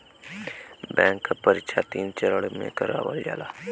bank क परीक्षा तीन चरण में करावल जाला